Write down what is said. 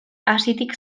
hazitik